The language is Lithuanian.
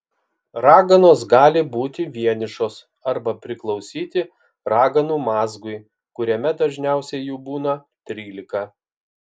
raganos gali būti vienišos arba priklausyti raganų mazgui kuriame dažniausiai jų būna trylika